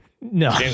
No